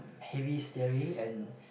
heavy steering and